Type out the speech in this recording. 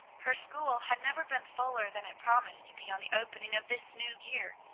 her school had never been fuller than it promised to be on the opening of this new year.